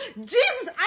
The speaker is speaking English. Jesus